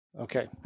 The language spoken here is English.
Okay